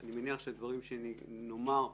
ואני מניח שהדברים שנאמר פה,